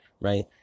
right